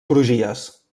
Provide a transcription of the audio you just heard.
crugies